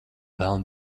velna